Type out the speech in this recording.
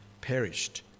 perished